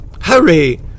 Hurry